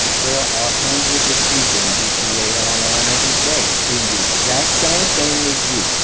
there are hundreds of people in gta online every day doing the exact same thing as you,